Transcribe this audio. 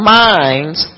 minds